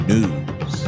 News